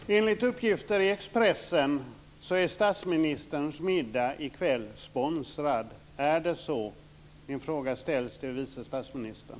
Fru talman! Enligt uppgifter i Expressen är statsministerns middag i kväll sponsrad. Är det så? Min fråga ställs till vice statsministern.